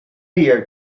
year